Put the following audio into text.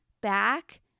back